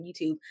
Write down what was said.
youtube